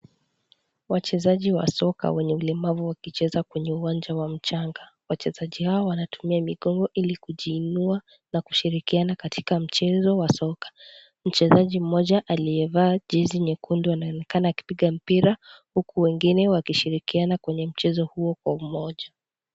Wachezaji wa soka wenye ulemavu, wakicheza kwenye uwanja wa mchanga. Wachezaji hawa wanatumia migongo ili kujiinua na kushirikiana katika mchezo wa soka. Mchezaji mmoja aliyevaa jesi nyekundu anaonekana akipiga mpira huku wengine wakishirikiana kwenye mchezo huo kwa umoja.